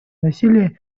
насилие